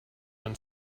when